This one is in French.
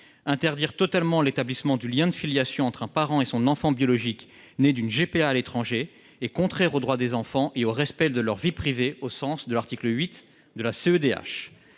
Interdire totalement l'établissement du lien de filiation entre un parent et son enfant biologique né d'une GPA à l'étranger est contraire au droit des enfants et au respect de leur vie privée, au sens de l'article 8 de la